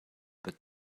but